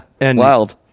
Wild